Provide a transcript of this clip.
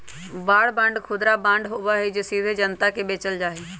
war bond खुदरा bond होबा हई जो सीधे जनता के बेचल जा हई